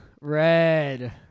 red